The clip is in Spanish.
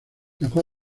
dejó